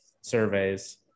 surveys